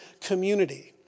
community